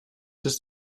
des